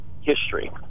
history